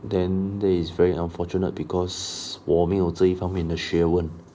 then that is very unfortunate because 我没有这一方面的学问